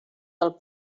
del